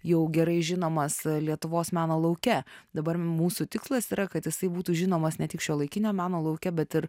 jau gerai žinomas lietuvos meno lauke dabar mūsų tikslas yra kad jisai būtų žinomas ne tik šiuolaikinio meno lauke bet ir